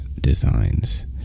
designs